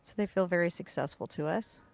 they feel very successful to us.